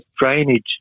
drainage